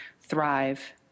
thrive